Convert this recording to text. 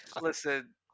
Listen